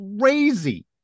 crazy